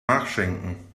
nachschenken